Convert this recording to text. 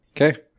okay